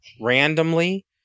randomly